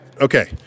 Okay